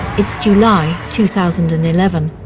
it's july two thousand and eleven,